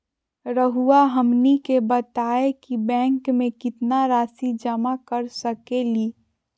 रहुआ हमनी के बताएं कि बैंक में कितना रासि जमा कर सके ली?